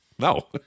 No